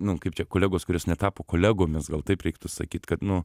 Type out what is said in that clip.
nu kaip čia kolegos kuris netapo kolegomis gal taip reiktų sakyt kad nu